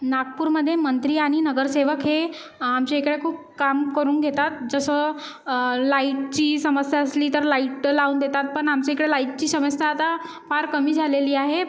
नागपूरमध्ये मंत्री आणि नगरसेवक हे आमच्या इकडे खूप काम करून घेतात जसं लाईटची समस्या असली तर लाईट तर लावून देतात पण आमच्याकडे लाईटची समस्या आता फार कमी झालेली आहे